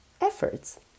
efforts